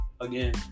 again